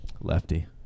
Lefty